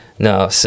No